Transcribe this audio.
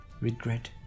Regret